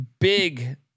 big